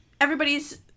everybody's